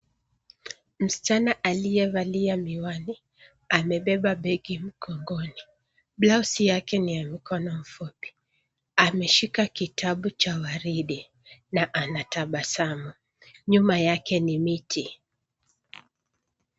Msichana aliyevalia miwani, amebeba begi mgongoni. blausi yake ni ya mkono mfupi. Ameshika kitabu cha waridi ,na anatabasamu. Nyuma yake ni miti.